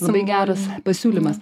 labai geras pasiūlymas